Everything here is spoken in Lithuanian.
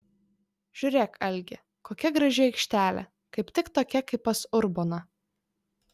žiūrėk algi kokia graži aikštelė kaip tik tokia kaip pas urboną